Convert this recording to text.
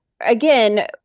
again